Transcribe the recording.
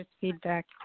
feedback